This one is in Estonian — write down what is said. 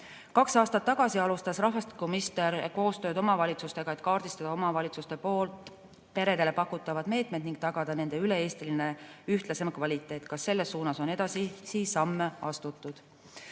Kaks aastat tagasi alustas rahvastikuminister koostööd omavalitsustega, et kaardistada omavalitsuste poolt peredele pakutavad meetmeid ning tagada nende üle-eestiline ühtlasem kvaliteet. Ka selles suunas on edasisi samme astutud.